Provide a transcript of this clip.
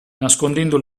nascondendo